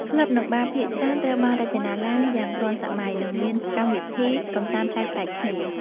ក្លឹប និងបារភាគច្រើនត្រូវបានរចនាឡើងយ៉ាងទាន់សម័យ និងមានកម្មវិធីកម្សាន្តប្លែកៗគ្នា។